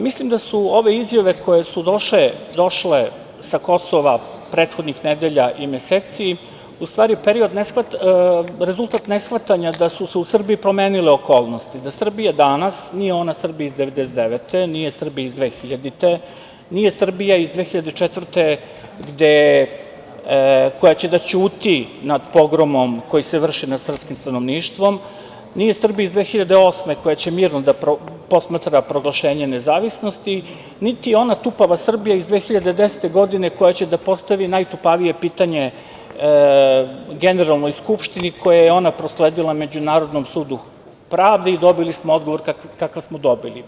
Mislim da su ove izjave koje su došle sa Kosova prethodnih nedelja i meseci u stvari rezultat neshvatanja da su se u Srbiji promenile okolnosti, da Srbija danas nije ona Srbija iz 1999, nije Srbija iz 2000, nije Srbija iz 2004, koja će da ćuti nad pogromom koji se vrši nad srpskim stanovništvom, nije Srbija iz 2008. koja će mirno da posmatra proglašenje nezavisnosti, niti je ona tupava Srbija iz 2010. godine koja će da postavi najtupavije pitanje Generalnoj skupštini, koje je ona prosledila Međunarodnom sudu pravde i dobili smo odgovor kakav smo dobili.